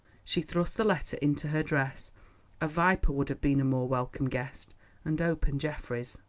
she thrust the letter into her dress a viper would have been a more welcome guest and opened geoffrey's.